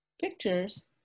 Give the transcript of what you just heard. pictures